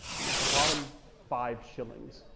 and at the bottom five shillings.